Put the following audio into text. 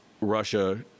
Russia